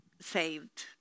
saved